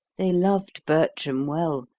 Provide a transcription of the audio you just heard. they loved bertram well,